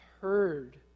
heard